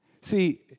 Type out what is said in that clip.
See